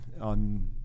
on